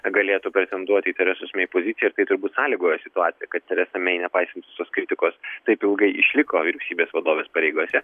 galėtų pretenduoti į teresos mei poziciją ir tai turbūt sąlygoja situaciją kad teresa mei nepaisan visos kritikos taip ilgai išliko vyriausybės vadovės pareigose